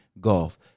Golf